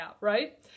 right